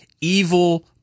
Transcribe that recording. evil